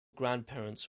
grandparents